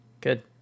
good